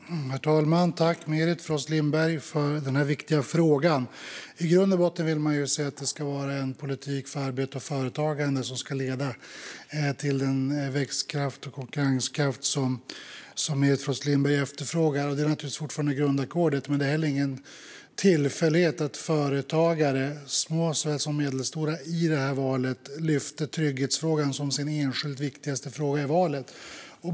Herr talman! Tack, Merit Frost Lindberg, för denna viktiga fråga! I grund och botten vill man se att det ska vara en politik för arbete och företagande som ska leda till den växtkraft och konkurrenskraft som Merit Frost Lindberg efterfrågar. Det är naturligtvis fortfarande grundackordet, men det är heller ingen tillfällighet att företagare, små såväl som medelstora, inför valet lyfte fram trygghetsfrågan som den enskilt viktigaste frågan.